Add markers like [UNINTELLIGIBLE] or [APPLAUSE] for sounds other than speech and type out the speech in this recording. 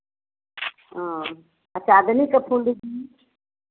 हाँ और चाँदनी का फूल [UNINTELLIGIBLE]